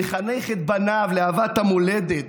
מחנך את בניו לאהבת המולדת,